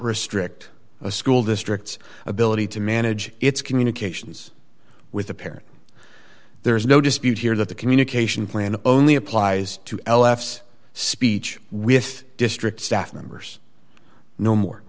restrict a school districts ability to manage its communications with the parent there is no dispute here that the communication plan only applies to l f's speech with district staff members no